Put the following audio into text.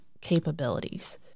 capabilities